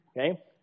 Okay